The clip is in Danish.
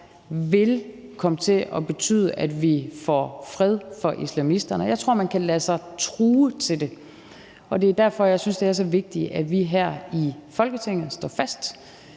vil komme til at betyde, at vi får fred for islamisterne. Jeg tror, at man kan lade sig true til det. Og det er derfor, synes jeg, at det er så vigtigt, at vi her i Folketinget står fast,